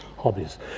hobbies